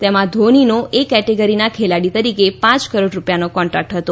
તેમાં ધોનીનો ચ્યે કેટેગરીના ખેલાડી તરીકે પાંચ કરોડ રૂપિયાનો કોન્ટ્રાકટ હતો